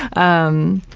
um,